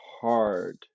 hard